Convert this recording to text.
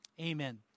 Amen